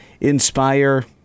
inspire